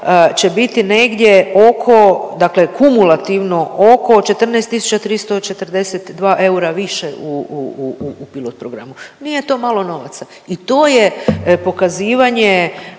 će biti negdje oko dakle kumulativno oko 14.342 eura više u, u, u, u pilot programu. Nije to malo novaca i to je pokazivanje